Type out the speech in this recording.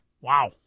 Wow